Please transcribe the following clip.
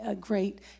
great